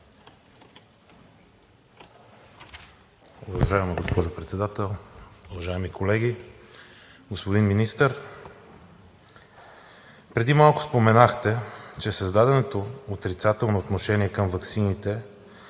Уважаема госпожо Председател, уважаеми колеги! Господин Министър, преди малко споменахте, че създаденото отрицателно отношение към ваксините,